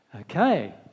Okay